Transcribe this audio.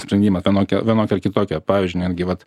sprendimą vienokį vienokį ar kitokį pavyzdžiui netgi vat